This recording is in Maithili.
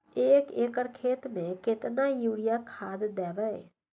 एक एकर खेत मे केतना यूरिया खाद दैबे?